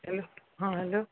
ହଁ ହ୍ୟାଲୋ